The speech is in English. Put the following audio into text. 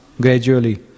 gradually